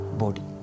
body